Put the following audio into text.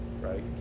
right